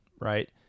right